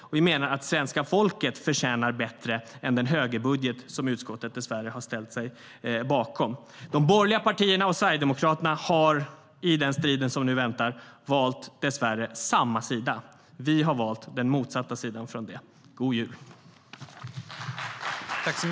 Och vi menar att svenska folket förtjänar bättre än den högerbudget som utskottet dessvärre har ställt sig bakom. God jul!